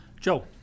Joe